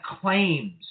claims